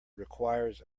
requires